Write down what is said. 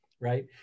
Right